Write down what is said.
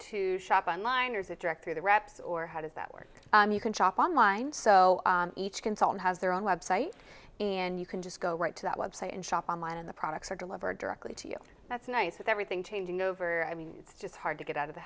shop on line or is it direct through the reps or how does that work you can shop online so each consultant has their own website and you can just go right to that website and shop online and the products are delivered directly to you that's nice with everything changing over i mean it's just hard to get out of the